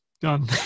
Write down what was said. Done